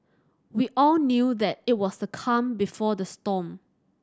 we all knew that it was the calm before the storm